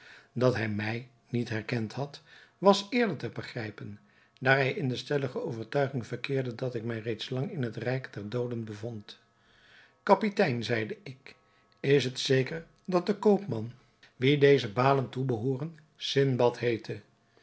dat hij mij niet herkend had was eerder te begrijpen daar hij in de stellige overtuiging verkeerde dat ik mij reeds lang in het rijk der dooden bevond kapitein zeide ik is het zeker dat de koopman wien deze balen toebehooren sindbad heette